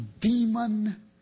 demon